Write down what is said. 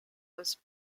was